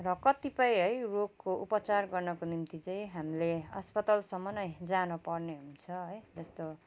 र कतिपय है रोगको उपचार गर्नको निम्ति चाहिँ हामीले अस्पतालसम्म नै जानुपर्ने हुन्छ है जस्तो